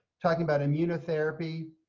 talking about immunotherapy.